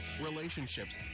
relationships